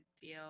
feel